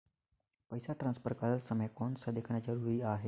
पइसा ट्रांसफर करत समय कौन का देखना ज़रूरी आहे?